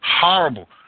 Horrible